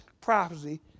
prophecy